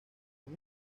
con